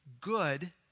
good